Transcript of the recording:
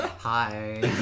Hi